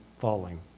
falling